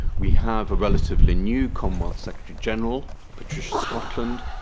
we have a relatively new commonwealth secretary general, patricia scotland,